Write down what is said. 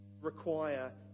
require